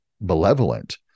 malevolent